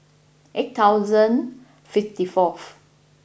eight thousand fifty fourth